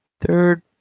Third